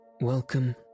Welcome